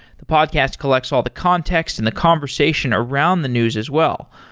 the podcast collects all the context and the conversation around the news as well,